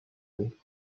feu